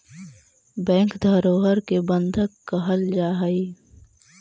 bank धरोहर के बंधक कहल जा हइ